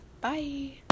bye